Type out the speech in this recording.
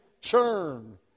churn